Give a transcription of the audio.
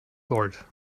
gold